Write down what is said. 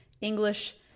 English